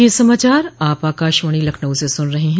ब्रे क यह समाचार आप आकाशवाणी लखनऊ से सुन रहे हैं